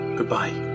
Goodbye